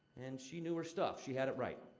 and she knew her stuff. she had it right.